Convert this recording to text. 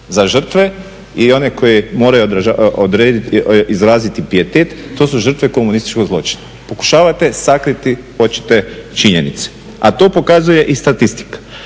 Za žrtve i one koji moraju izraziti pijetet, to su žrtve komunističkog zločina. Pokušavate sakriti očite činjenice. A to pokazuje i statistika.